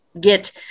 get